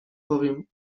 powiem